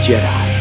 Jedi